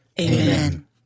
Amen